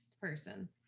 person